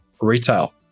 Retail